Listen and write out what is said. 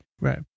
Right